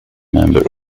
member